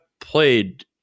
played